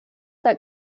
that